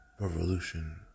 Revolution